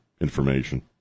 information